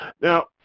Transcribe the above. Now